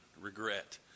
regret